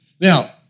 Now